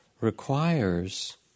requires